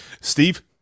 Steve